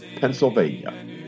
Pennsylvania